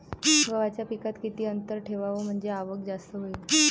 गव्हाच्या पिकात किती अंतर ठेवाव म्हनजे आवक जास्त होईन?